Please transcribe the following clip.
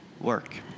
work